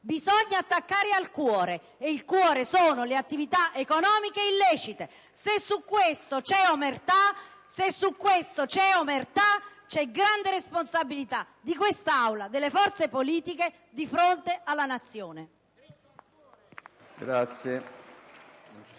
bisogna attaccare al cuore, e il cuore sono le attività economiche illecite. Se su questo c'è omertà, c'è grande responsabilità di questa Aula e delle forze politiche di fronte alla Nazione.